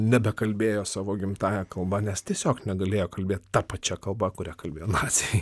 nebekalbėjo savo gimtąja kalba nes tiesiog negalėjo kalbėti ta pačia kalba kuria kalbėjo naciai